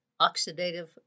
oxidative